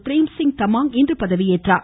பிரேம்சிங் தமாங் இன்று பதவி ஏற்றார்